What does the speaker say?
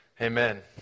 Amen